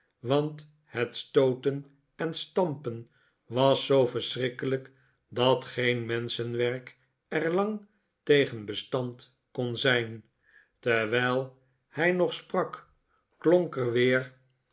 want het stooten en stampen was zoo verschrikkelijk dat geen menschenwerk er lang tegen bestand kon zijn terwijl hij nog sprak klonk er weer